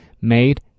made